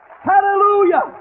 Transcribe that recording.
Hallelujah